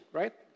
right